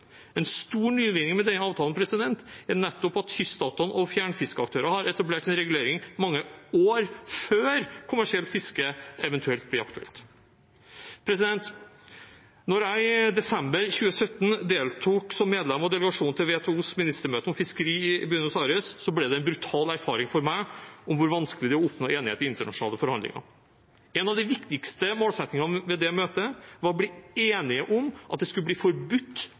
En stor nyvinning med den avtalen er nettopp at kyststatene og fjernfiskeaktører har etablert en regulering mange år før kommersielt fiske eventuelt blir aktuelt. Da jeg i desember 2017 deltok som medlem av delegasjonen til WTOs ministermøte om fiskeri i Buenos Aires, ble det for meg en brutal erfaring av hvor vanskelig det er å oppnå enighet i internasjonale forhandlinger. En av de viktigste målsettingene med det møtet var å bli enige om at det skulle bli forbudt